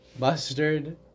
Mustard